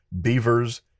beavers